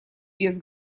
без